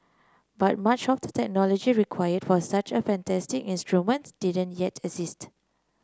but much of the technology required for such a fantastic instrument didn't yet exist